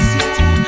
City